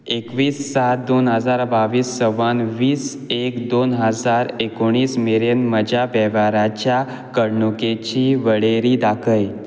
एकवीस सात दोन हजार बावीस सवान वीस एक दोन हजार एकुणीस मेरेन म्हज्या वेव्हाराच्या घडणुकेची वळेरी दाखय